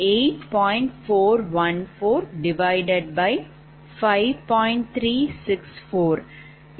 3641